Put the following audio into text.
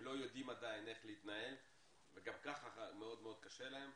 עדיין לא יודעים איך להתנהל וגם כך מאוד מאוד קשה להם.